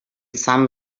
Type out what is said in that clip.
some